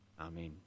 Amen